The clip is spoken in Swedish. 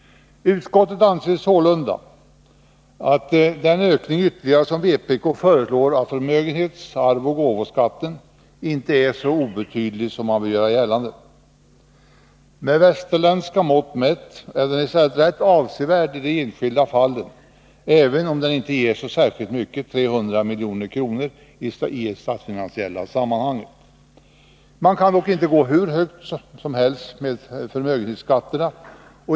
Utskottet anser sålunda att den ytterligare ökning som vpk föreslår av förmögenhets-, arvsoch gåvoskatterna inte är så obetydlig som man vill göra gällande. Med västerländska mått mätt är den i stället rätt avsevärd i de enskilda fallen, även om den inte ger särskilt mycket pengar — 300 milj.kr. —i statsfinansiella sammanhang. Man kan inte gå hur högt som helst med förmögenhetsskatterna.